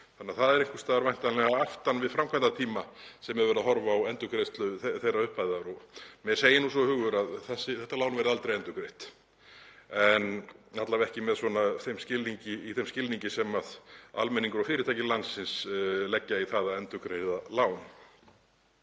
þannig að það er einhvers staðar væntanlega aftan við framkvæmdatíma sem er verið að horfa á endurgreiðslu þeirrar upphæðar. Mér segir svo hugur að þetta lán verði aldrei endurgreitt, alla vega ekki í þeim skilningi sem almenningur og fyrirtæki landsins leggja í það að endurgreiða lán.